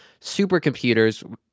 supercomputers